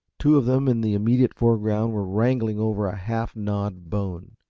two of them in the immediate foreground were wrangling over a half-gnawed bone.